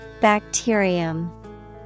Bacterium